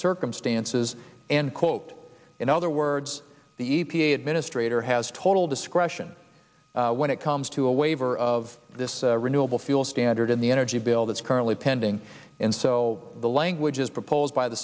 circumstances and quote in other words the e p a administrator has total discretion when it comes to a waiver of this renewable fuel standard in the energy bill that's currently pending and so the language as proposed by the